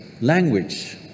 language